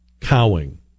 cowing